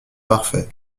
parfait